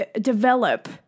develop